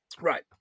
Right